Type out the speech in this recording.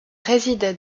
résident